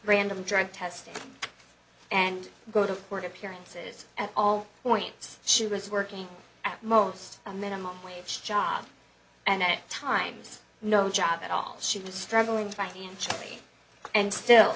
random drug testing and go to court appearances at all points she was working at most a minimum wage job and at times no job at all she was struggling financially and still